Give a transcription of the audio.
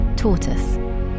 Tortoise